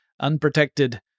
unprotected